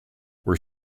were